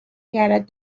گردد